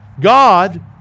God